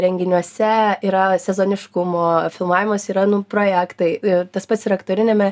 renginiuose yra sezoniškumo filmavimuose yra nu projektai ir tas pats ir aktoriniame